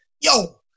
yo